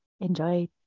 enjoy